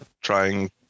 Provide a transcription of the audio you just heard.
trying